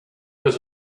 was